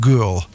Girl